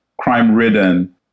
crime-ridden